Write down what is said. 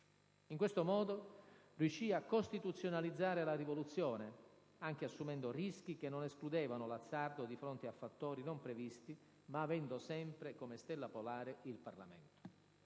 In questo modo riuscì a «costituzionalizzare» la rivoluzione, anche assumendo rischi che non escludevano l'azzardo di fronte a fattori non previsti, ma avendo sempre come stella polare il Parlamento.